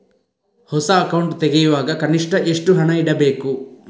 ಹೊಸ ಅಕೌಂಟ್ ತೆರೆಯುವಾಗ ಕನಿಷ್ಠ ಎಷ್ಟು ಹಣ ಇಡಬೇಕು?